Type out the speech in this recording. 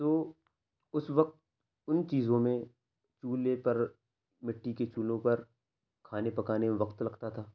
تو اس وقت ان چیزوں میں چولہے پر مٹی کے چولہوں پر کھانے پکانے میں وقت لگتا تھا